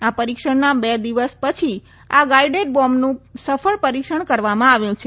આ પરિક્ષણના બે દિવસ પછી આ ગાઇડેડ બોમ્બનું સફળ પરિક્ષણ રવામાં આવ્યું છે